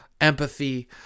empathy